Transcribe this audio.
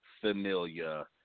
Familia